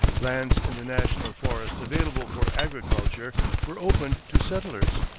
lands in the national forest available for agriculture were opened to settlers.